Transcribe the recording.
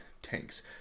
tanks